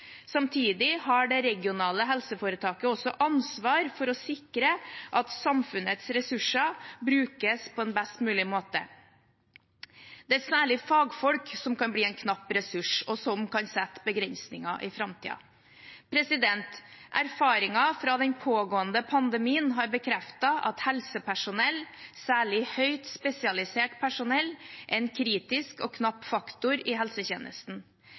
Samtidig har det regionale helseforetaket også ansvar for å sikre at samfunnets ressurser brukes på en best mulig måte. Det er særlig fagfolk som kan bli en knapp ressurs, og som kan sette begrensninger i framtiden. Erfaringer fra den pågående pandemien har bekreftet at helsepersonell, særlig høyt spesialisert personell, er en kritisk og knapp faktor i helsetjenesten.